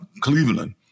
Cleveland